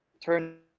turn